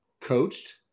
coached